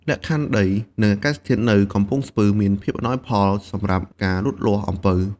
លក្ខខណ្ឌដី និងអាកាសធាតុនៅកំពង់ស្ពឺ មានភាពអំណោយផលសម្រាប់ការលូតលាស់អំពៅ។